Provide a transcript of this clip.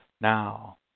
Now